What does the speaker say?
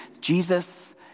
Jesus